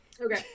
Okay